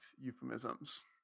euphemisms